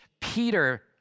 Peter